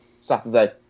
Saturday